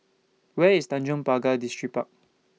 Where IS Tanjong Pagar Distripark